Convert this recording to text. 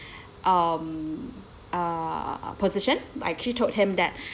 um err position I actually told him that